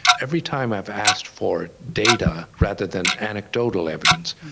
every time i've asked for data rather than anecdotal evidence,